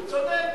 הוא צודק.